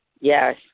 Yes